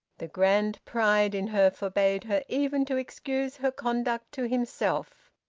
the grand pride in her forbade her even to excuse her conduct to himself.